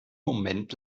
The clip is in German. moment